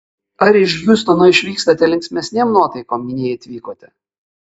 ar iš hjustono išvykstate linksmesnėm nuotaikom nei atvykote